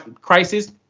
crisis